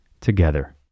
together